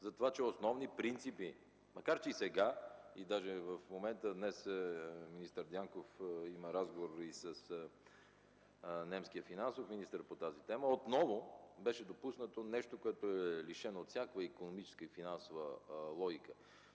повече, отколкото произвеждаме. Макар че и сега, даже в момента днес господин Дянков има разговор и с немския финансов министър по тази тема, отново беше допуснато нещо, което е лишено от всякаква икономическа и финансова логика,